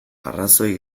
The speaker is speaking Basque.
arrazoi